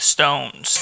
Stones